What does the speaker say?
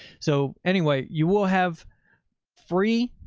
so anyway, you will have free.